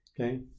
Okay